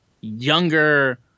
younger